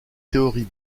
théories